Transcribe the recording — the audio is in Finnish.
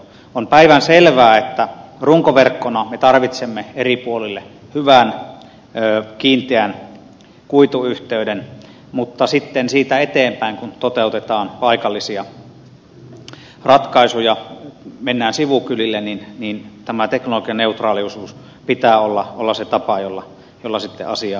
on päivänselvää että runkoverkkona me tarvitsemme eri puolille hyvän kiinteän kuituyhteyden mutta sitten siitä eteenpäin kun toteutetaan paikallisia ratkaisuja mennään sivukylille teknologianeutraaliuden pitää olla se tapa jolla asiaa tarkastellaan